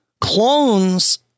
clones